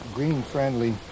Green-friendly